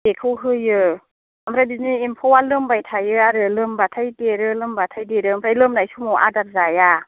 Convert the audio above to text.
बेखौ होयो ओमफ्राय बिदिनो एम्फौआ लोमबाय थायो आरो लोमबाथाय देरो लोमबाथाय देरो ओमफ्राय लोमनाय समाव आदार जाया